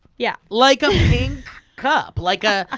yeah like a pink cup, like a ah